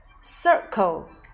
circle